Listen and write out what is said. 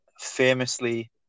famously